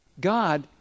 God